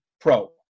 pro